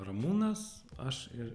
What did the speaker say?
ramūnas aš ir